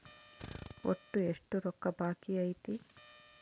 ಒಟ್ಟು ಎಷ್ಟು ರೊಕ್ಕ ಬಾಕಿ ಐತಿ?